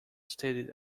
stated